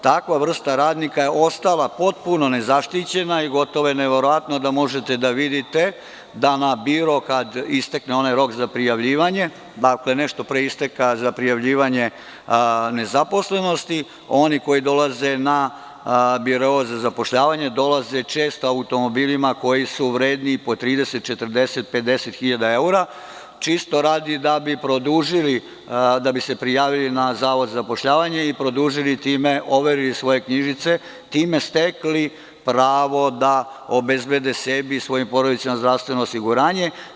Takva vrsta radnika ostala je potpuno nezaštićena i gotovo je neverovatno da možete da vidite da na Biro, kada istakne onaj rok za prijavljivanje, nešto pre isteka za prijavljivanje nezaposlenosti, oni koji dolaze na Biro za zapošljavanje, dolaze često automobilima koji su vredni pod 30, 40, 50 hiljada evra, čisto da bi produžili, da bi se prijavili na Zavod za zapošljavanje i produžili, overili svoje knjižice, time stekli pravo da obezbede sebi i svojim porodicama zdravstveno osiguranje.